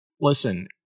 Listen